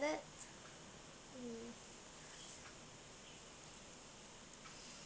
that mm